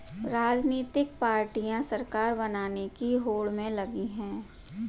राजनीतिक पार्टियां सरकार बनाने की होड़ में लगी हैं